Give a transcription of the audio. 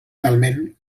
talment